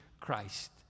Christ